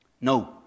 No